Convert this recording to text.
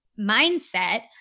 mindset